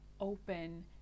open